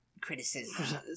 criticism